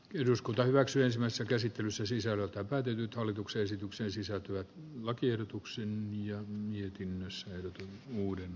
eduskunta hyväksyy samassa käsittelyssä siis ole päätynyt hallituksen esitykseen sisältyvän lakiehdotuksen ja mietin myös uuden